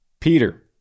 Peter